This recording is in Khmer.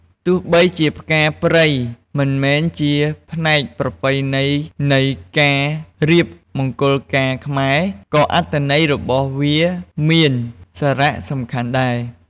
ទោះបីជាផ្កាព្រៃមិនមែនជាផ្នែកប្រពៃណីនៃការរៀបមង្គលការខ្មែរ ក៏អត្ថន័យរបស់វាមានសារៈសំខាន់ដែរ។